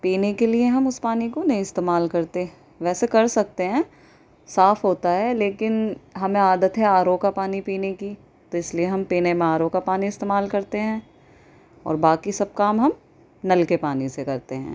پینے کے ہم اس پانی کو استعمال نہیں کرتے ویسے کرسکتے ہیں صاف ہوتا ہے لیکن ہمیں عادت ہے آر او کا پانی کی تو اس لیے ہم پینے میں آر او کا پانی استعمال کرتے ہیں اور باقی سب کام ہم نل کے پانی سے کرتے ہیں